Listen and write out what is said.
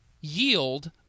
yield